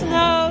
no